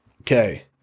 okay